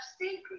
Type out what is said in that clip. secret